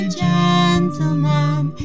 gentleman